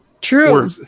True